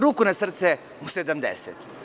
Ruku na srce, u 70.